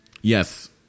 Yes